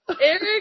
Eric